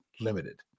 limited